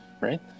right